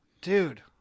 Dude